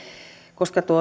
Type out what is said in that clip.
koska